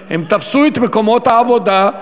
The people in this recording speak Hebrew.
הם תפסו את מקומות העבודה.